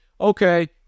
okay